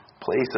place